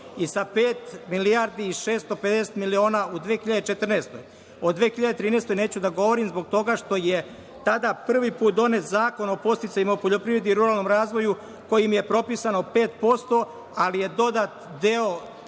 i sa pet milijardi 650 miliona u 2014. godini, o 2013. godini neću da govorim zbog toga što je tada prvi put donet Zakon o podsticajima u poljoprivredi i ruralnom razvoju, kojim je propisano 5%, ali je dodat deo